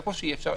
איפה שאי אפשר,